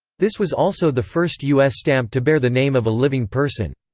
this was also the first u s. stamp to bear the name of a living person.